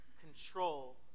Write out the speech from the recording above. control